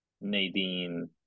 Nadine